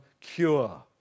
cure